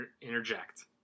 interject